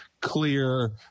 clear